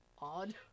odd